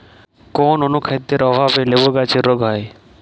কোন অনুখাদ্যের অভাবে লেবু গাছের রোগ হয়?